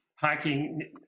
hiking